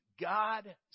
God